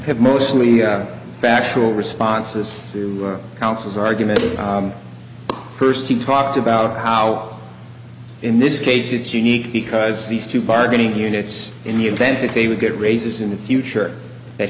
have mostly backchannel responses to councils argument first he talked about how in this case it's unique because these two bargaining units in the event that they would get raises in the future that